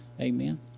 Amen